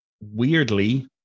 weirdly